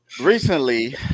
Recently